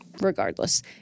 Regardless